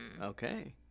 Okay